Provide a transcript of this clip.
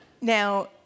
Now